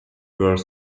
were